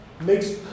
makes